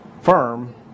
firm